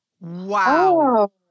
Wow